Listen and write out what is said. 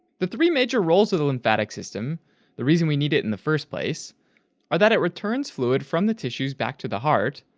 the three major roles of the lymphatic system the reason we need it in the first place are that it returns fluid from the tissues back to the heart,